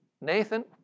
Nathan